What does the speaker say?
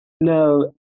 No